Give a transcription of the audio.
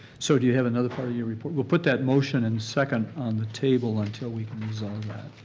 so do you have another part of your report? we'll put that motion and second on the table until we can resolve that.